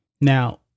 Now